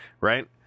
right